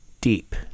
deep